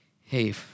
hey